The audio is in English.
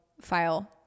file